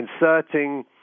inserting